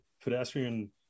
pedestrian